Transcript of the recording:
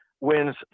wins